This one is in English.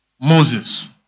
Moses